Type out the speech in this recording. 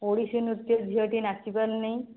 ଓଡ଼ିଶୀ ନୃତ୍ୟ ଝିଅଟି ନାଚି ପାରୁନାହିଁ